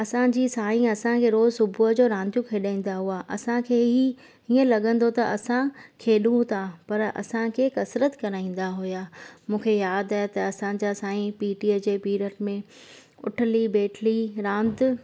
असांजी साईं असांखे रोज़ु सुबुह जो रांदियूं खेॾाईंदा हुआ असांखे हीउ हीअं लॻंदो त असां खेॾूं था पर असांखे कसरत कराईंदा हुया मूंखे यादि आहे त असांजा साईं पीटीअ जे पीरियड में उठली बेटली रांदि